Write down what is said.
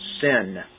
sin